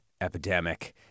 epidemic